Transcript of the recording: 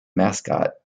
mascot